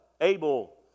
Abel